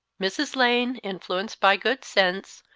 mrs. lane, influenced by good sense,